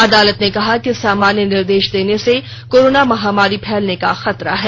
अदालत ने कहा कि सामान्य निर्देश देने से कोरोना महामारी फैलने का खतरा है